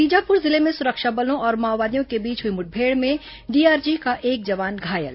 बीजापुर जिले में सुरक्षा बलों और माओवादियों के बीच हुई मुठभेड़ में डीआरजी का एक जवान घायल